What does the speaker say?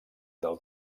del